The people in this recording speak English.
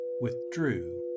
withdrew